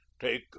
take